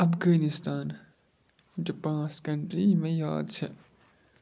اَفغٲنِستان یِم چھےٚ پانٛژھ کَنٹری یِم مےٚ یاد چھےٚ